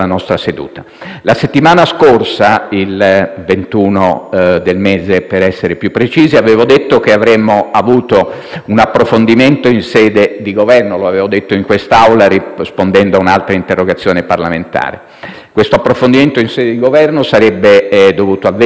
mese per essere più precisi, avevo detto che avremmo avuto un approfondimento in sede di Governo: lo avevo detto in quest'Aula rispondendo a un'altra interrogazione parlamentare. Questo approfondimento in sede di Governo sarebbe dovuto avvenire - ed è poi avvenuto - prima di procedere alla conclusione